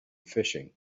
fishing